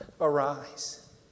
arise